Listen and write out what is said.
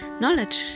knowledge